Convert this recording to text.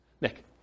Nick